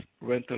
rental